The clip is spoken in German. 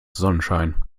sonnenschein